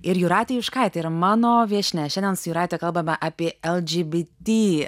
ir jūratė juškaitė yra mano viešnia šiandien su jūrate kalbame apie lgbt